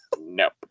nope